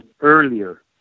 earlier